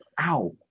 Ow